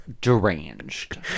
deranged